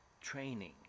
training